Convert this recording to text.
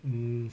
mm